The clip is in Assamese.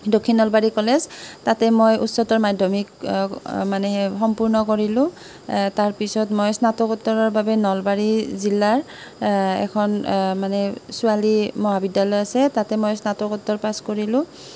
দক্ষিণ নলবাৰী কলেজ তাতে মই উচ্চতৰ মাধ্যমিক মানে সম্পূৰ্ণ কৰিলোঁ তাৰ পিছত মই স্নাতকোত্তৰৰ বাবে নলবাৰী জিলাৰ এখন মানে ছোৱালী মহাবিদ্যালয় আছে তাতে মই স্নাতকোত্তৰ পাছ কৰিলোঁ